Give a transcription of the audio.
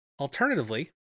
alternatively